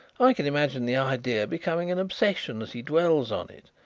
i can imagine the idea becoming an obsession as he dwells on it.